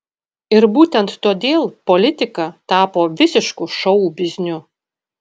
ir būtent todėl politika tapo visišku šou bizniu